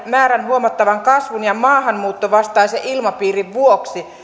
määrän huomattavan kasvun ja maahanmuuttovastaisen ilmapiirin vuoksi